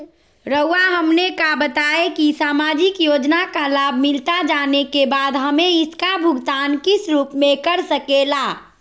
रहुआ हमने का बताएं की समाजिक योजना का लाभ मिलता जाने के बाद हमें इसका भुगतान किस रूप में कर सके ला?